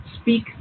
Speak